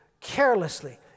carelessly